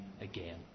again